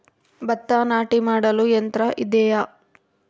ಭತ್ತ ನಾಟಿ ಮಾಡಲು ಯಂತ್ರ ಇದೆಯೇ?